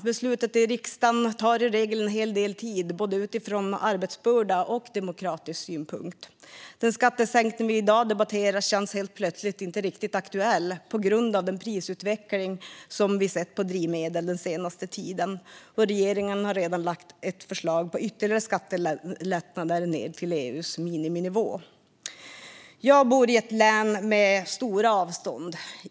Besluten i riksdagen tar i regel en hel del tid utifrån både arbetsbörda och demokratisk synpunkt. Den skattesänkning vi i dag debatterar känns helt plötsligt inte riktigt aktuell på grund av den prisutveckling som vi sett på drivmedel den senaste tiden. Och regeringen har redan lagt fram ett förslag på ytterligare skattelättnader ned till EU:s miniminivå. Jag bor i ett län med stora avstånd.